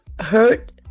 hurt